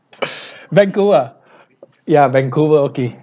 vancouver ya vancouver okay